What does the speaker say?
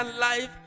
life